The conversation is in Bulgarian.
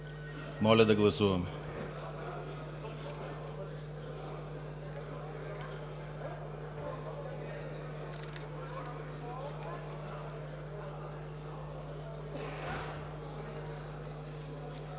Моля да гласуваме.